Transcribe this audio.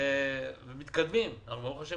ב"ה גם מתקדמים.